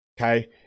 okay